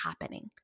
happening